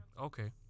Okay